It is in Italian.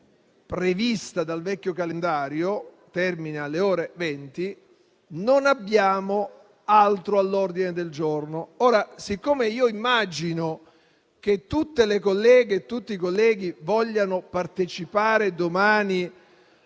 prevista dal vecchio calendario con termine alle ore 20, non abbiamo altro all'ordine del giorno. Immagino che tutte le colleghe e tutti i colleghi vogliano partecipare domani